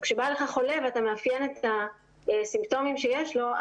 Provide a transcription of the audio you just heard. כשבא אליך חולה ואתה מאפיין את הסימפטומים שיש לו,